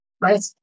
right